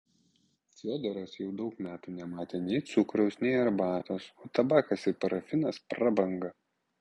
fiodoras jau daug metų nematė nei cukraus nei arbatos o tabakas ir parafinas prabanga